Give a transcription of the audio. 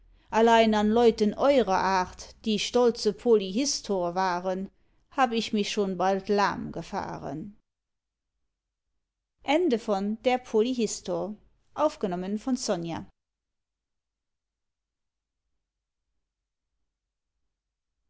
allein an leuten eurer art die stolze polyhistor waren hab ich mich schon bald lahm gefahren